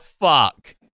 fuck